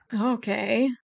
Okay